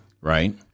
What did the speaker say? Right